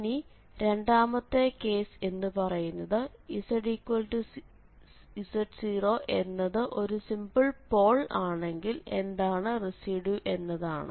ഇനി രണ്ടാമത്തെ കേസ് എന്നു പറയുന്നത് zz0 എന്നത് ഒരു സിംപിൾ പോൾ ആണെങ്കിൽ എന്താണ് റെസിഡ്യൂ എന്നതാണ്